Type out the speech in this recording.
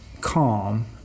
calm